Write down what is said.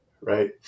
right